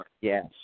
Yes